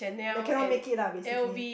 like cannot make it lah basically